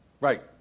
Right